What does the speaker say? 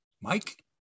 Mike